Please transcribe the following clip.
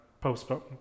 postponed